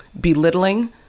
belittling